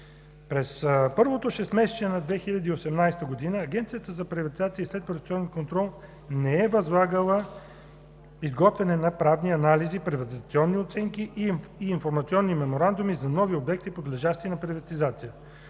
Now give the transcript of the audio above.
През първото шестмесечие на 2018 г. Агенцията за приватизация и следприватизационен контрол не е възлагала изготвяне на правни анализи, приватизационни оценки и информационни меморандуми за нови обекти, подлежащи на приватизация.